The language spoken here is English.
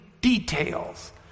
details